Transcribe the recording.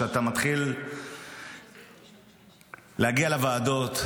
ואתה מתחיל להגיע לוועדות,